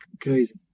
crazy